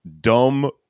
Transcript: dumb